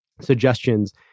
suggestions